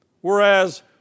Whereas